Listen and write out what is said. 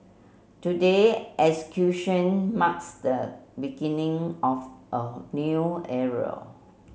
today acquisition marks the beginning of a new area